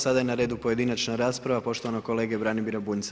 Sada je na redu pojedinačna rasprava poštovanog kolege Branimira Bunjca.